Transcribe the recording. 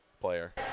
player